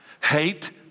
Hate